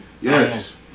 Yes